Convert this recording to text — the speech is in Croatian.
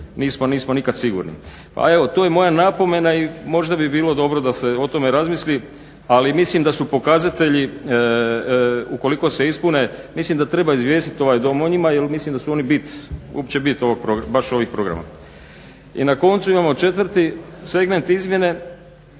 nismo nikad sigurni. Pa evo tu je moja napomena i možda bi bilo dobro da se o tome razmisli, ali mislim da su pokazatelji ukoliko se ispune, mislim da treba izvijestit ovaj Dom o njima jer mislim da su oni bit, uopće bit baš ovih programa. I na koncu imamo četvrti segment izmjene